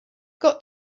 got